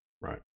right